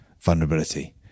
vulnerability